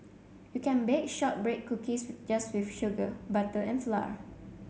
you can bake shortbread cookies just with sugar butter and flour